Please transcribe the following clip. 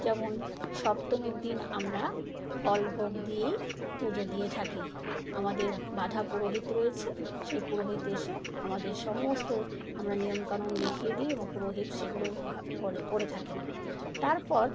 যেমন সপ্তমীর দিন আমরা ফল ভোগ দিয়েই পুজো দিয়ে থাকি আমাদের বাধা পুরোহিত রয়েছে সেই পুরোহিত এসে আমাদের সমস্ত আমরা নিয়মকানুন লিখিয়ে দিই এবং পুরোহিত সেগুলো করে করে থাকেন তারপর